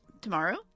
Tomorrow